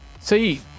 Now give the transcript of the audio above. See